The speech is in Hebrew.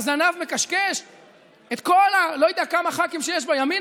הזנב מכשכש בלא-יודע-כמה ח"כים שיש בימין,